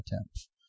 attempts